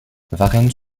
varennes